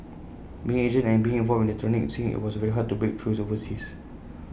being Asian and being involved in the electronic scene IT was very hard to break through overseas